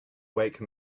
wake